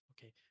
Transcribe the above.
Okay